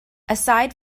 aside